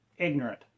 ignorant